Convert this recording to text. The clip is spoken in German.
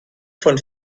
von